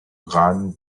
gone